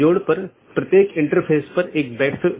जब ऐसा होता है तो त्रुटि सूचना भेज दी जाती है